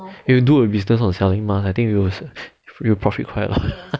you do a business on selling mask I think we will profit quite a lot